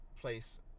place